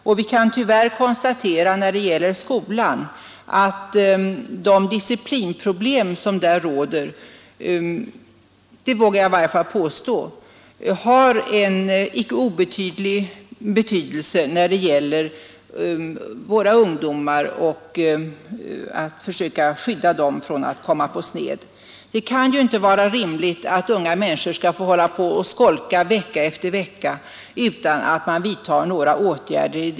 Och vi kan tyvärr konstatera att skolan har stora disciplinproblem och att dessa har en icke oväsentlig betydelse när det gäller ungdomsproblemen. Det kan ju inte vara rimligt att unga människor skall få hålla på och skolka vecka efter vecka utan att man vidtar några åtgärder.